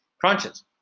crunches